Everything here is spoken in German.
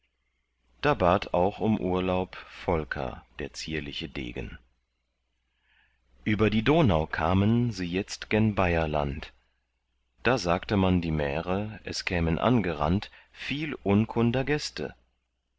da bat auch um urlaub volker der zierliche degen über die donau kamen sie jetzt gen bayerland da sagte man die märe es kämen angerannt viel unkunder gäste